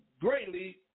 greatly